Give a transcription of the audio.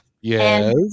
yes